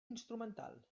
instrumental